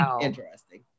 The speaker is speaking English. interesting